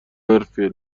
حرفیه